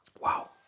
Wow